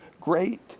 great